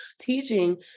teaching